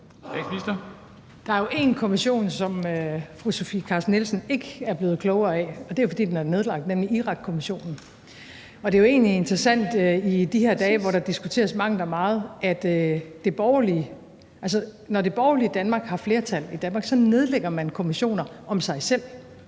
Der er jo én kommission, som fru Sofie Carsten Nielsen ikke er blevet klogere af, og det er, fordi den er nedlagt, nemlig Irakkommissionen. Det er jo egentlig interessant i de her dage, hvor der diskuteres mangt og meget, at når det borgerlige Danmark har flertal, nedlægger man kommissioner om sig selv.